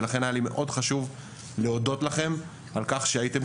ולכן היה לי מאוד חשוב להודות לכם על כך שהייתם